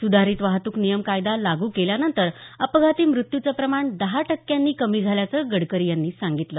सुधारित वाहतुक नियम कायदा लागू केल्यानंतर अपघाती मृत्यूचं प्रमाण दहा टक्क्यांनी कमी झाल्याचं गडकरी यांनी सांगितलं